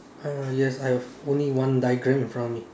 uh yes I have only have one diagram in front of me